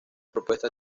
propuestas